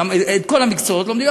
את כל המקצועות לומדים,